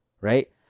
right